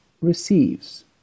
receives